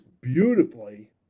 beautifully